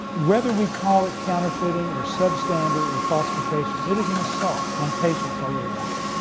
whether we call it counterfeiting, or substandard, or falsification it is an assault on patients all over the world.